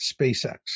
SpaceX